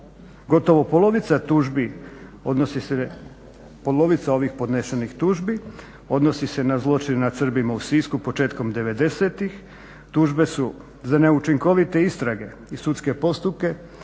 se, polovica ovih podnesenih tužbi odnosi se na zločin nad Srbima u Sisku početkom '90.-tih. Tužbe su za neučinkovite istrage i sudske postupke,